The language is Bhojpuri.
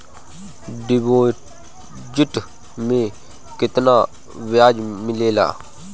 डिपॉजिट मे केतना बयाज मिलेला?